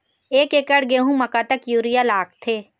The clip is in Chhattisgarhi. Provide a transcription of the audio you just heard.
एक एकड़ गेहूं म कतक यूरिया लागथे?